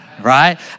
right